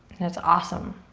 and it's awesome.